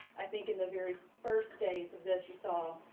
i think in the very first days of this, you saw